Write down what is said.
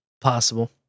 Possible